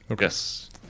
Yes